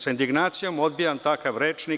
Sa indignacijom odbijam takav rečnik.